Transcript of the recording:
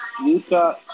Utah